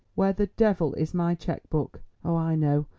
where the devil is my cheque-book? oh, i know,